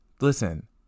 Listen